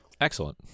Excellent